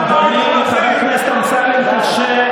עבודה של שנים,